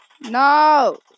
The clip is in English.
No